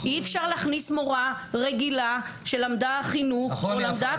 אי אפשר להכניס מורה רגילה שלמדה חינוך או למדה